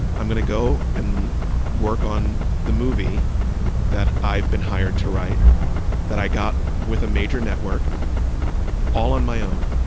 i'm going to go and work on the movie that i've been hired to write that i got with a major network all on my own.